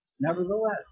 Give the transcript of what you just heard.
Nevertheless